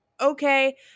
Okay